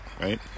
right